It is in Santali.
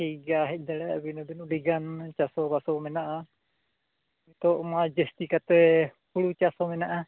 ᱴᱷᱤᱠ ᱜᱮᱭᱟ ᱦᱮᱡ ᱫᱟᱲᱮᱭᱟᱜ ᱵᱤᱱ ᱟᱹᱰᱤᱜᱟᱱ ᱪᱟᱥᱚ ᱵᱟᱥᱚ ᱢᱮᱱᱟᱜᱼᱟ ᱱᱤᱛᱚᱜ ᱢᱟ ᱡᱟᱹᱥᱛᱤ ᱠᱟᱛᱮᱫ ᱦᱳᱲᱳ ᱪᱟᱥ ᱦᱚᱸ ᱢᱮᱱᱟᱜᱼᱟ